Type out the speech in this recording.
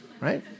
right